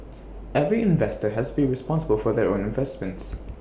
every investor has be responsible for their own investments